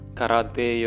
karate